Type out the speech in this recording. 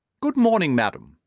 good-morning, madam,